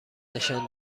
نشان